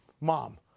Mom